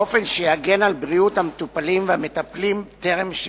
באופן שיגן על בריאות המטופלים והמטפלים טרם שיווקם.